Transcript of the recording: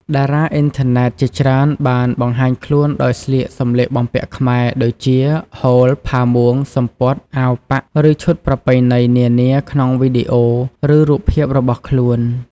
តារាអុីនធឺណិតជាច្រើនបានបង្ហាញខ្លួនដោយស្លៀកសំលៀកបំពាក់ខ្មែរដូចជា ហូល ផាមួង សំពត់ អាវប៉ាក់ ឬឈុតប្រពៃណីនានាក្នុងវីដេអូ ឬរូបភាពរបស់ខ្លួន។